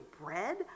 bread